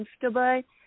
comfortable